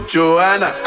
Joanna